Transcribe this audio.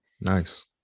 Nice